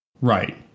right